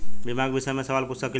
बीमा के विषय मे सवाल पूछ सकीलाजा?